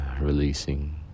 releasing